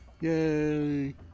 Yay